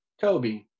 Kobe